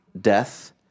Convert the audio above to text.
death